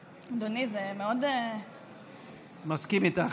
אדוני, זה מאוד, מסכים איתך.